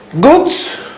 goods